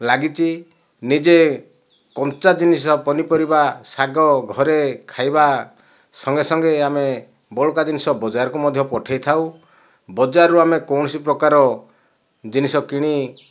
ଲାଗିଛି ନିଜେ କଞ୍ଚା ଜିନିଷ ପନିପରିବା ଶାଗ ଘରେ ଖାଇବା ସଙ୍ଗେସଙ୍ଗେ ଆମେ ବଳକା ଜିନିଷ ବଜାରକୁ ମଧ୍ୟ ପଠାଇଥାଉ ବଜାରରୁ ଆମେ କୌଣସି ପ୍ରକାର ଜିନିଷ କିଣି